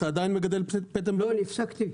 לא, אני הפסקתי.